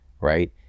right